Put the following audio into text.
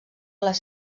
les